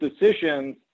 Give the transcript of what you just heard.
decisions